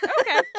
Okay